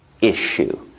issue